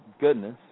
goodness